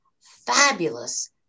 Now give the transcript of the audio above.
fabulous